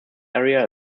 area